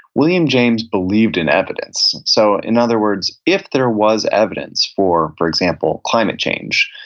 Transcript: william james believed in evidence. so in other words, if there was evidence for, for example, climate change,